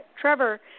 Trevor